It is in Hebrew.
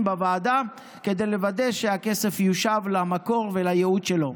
בוועדה כדי לוודא שהכסף יושב למקור ולייעוד שלו.